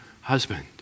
husband